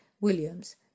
Williams